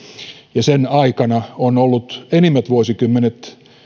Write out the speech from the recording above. ja sen aikana on ollut enimmät vuosikymmenet